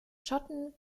schotten